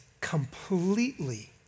completely